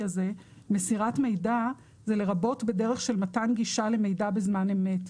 הזה מסירת מידע זה לרבות בדרך של מתן גישה למידע בזמן אמת.